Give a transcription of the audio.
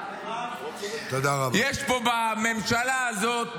יש פה בממשלה הזאת,